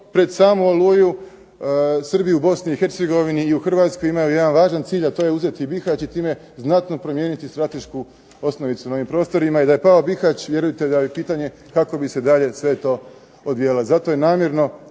pred samu "Oluju" Srbi u Bosni i Hercegovini i u Hrvatskoj imaju jedan važan cilj, a to je uzeti Bihać i time znatno promijeniti stratešku osnovicu na ovim prostorima. I da je pao Bihać, vjerujte da bi pitanje kako bi se dalje sve to odvijalo. Zato je namjerno